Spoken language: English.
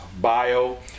bio